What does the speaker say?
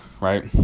right